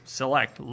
select